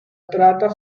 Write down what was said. trata